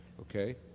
okay